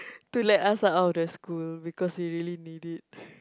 to let us out of the school because we really need it